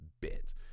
bit